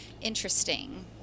Interesting